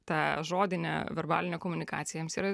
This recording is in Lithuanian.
ta žodinė verbalinė komunikacija jiems yra